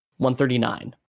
139